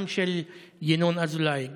גם של ינון אזולאי,